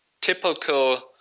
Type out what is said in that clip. typical